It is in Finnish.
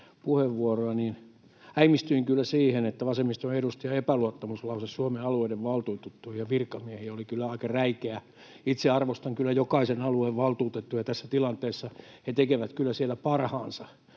äimistyin kyllä siitä, että vasemmiston edustajan epäluottamuslause Suomen alueiden valtuutettuja ja virkamiehiä kohtaan oli kyllä aika räikeä. Itse arvostan kyllä jokaisen alueen valtuutettuja tässä tilanteessa. He tekevät kyllä siellä parhaansa.